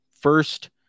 first